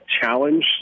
challenge